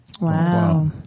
Wow